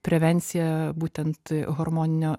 prevenciją būtent hormoninio